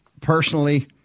personally –